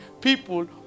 people